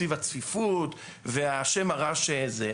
סביב הצפיפות והשם הרע וזה.